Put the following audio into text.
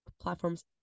platforms